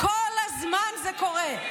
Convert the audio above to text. כל הזמן זה קורה.